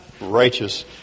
righteous